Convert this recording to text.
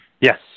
Yes